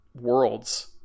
worlds